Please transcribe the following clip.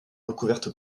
recouverte